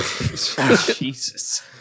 Jesus